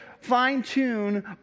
fine-tune